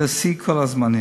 וזהו שיא של כל הזמנים.